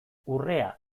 urrea